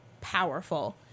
powerful